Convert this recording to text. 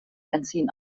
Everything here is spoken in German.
benzin